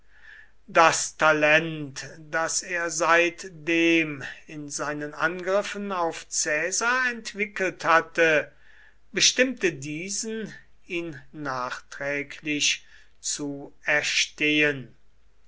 das talent das er seitdem in seinen angriffen auf caesar entwickelt hatte bestimmte diesen ihn nachträglich zu erstehen